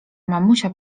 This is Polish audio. mamusia